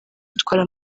bitwara